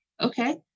okay